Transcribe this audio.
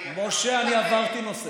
משה, אני עברתי נושא.